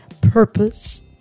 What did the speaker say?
purpose